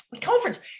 conference